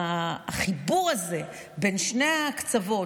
החיבור הזה בין שני הקצוות,